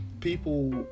people